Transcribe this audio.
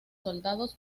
soldados